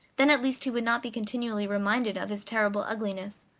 then at least he would not be continually reminded of his terrible ugliness.